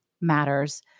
matters